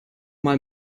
mal